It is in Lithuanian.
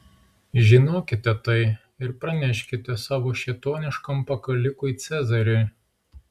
žinokite tai ir praneškite savo šėtoniškam pakalikui cezariui